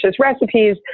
recipes